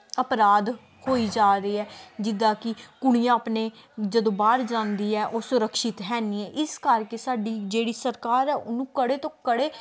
ਅਪਰਾਧ ਹੋਈ ਜਾ ਰਹੇ ਹੈ ਜਿੱਦਾਂ ਕਿ ਕੁੜੀਆਂ ਆਪਣੇ ਜਦੋਂ ਬਾਹਰ ਜਾਂਦੀ ਹੈ ਉਹ ਸੁਰਕਸ਼ਿਤ ਹੈ ਨਹੀਂ ਹੈ ਇਸ ਕਰਕੇ ਸਾਡੀ ਜਿਹੜੀ ਸਰਕਾਰ ਹੈ ਉਹਨੂੰ ਕੜੇ ਤੋਂ ਕੜੇ